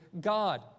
God